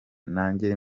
nagiye